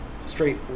straight